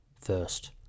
first